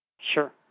Sure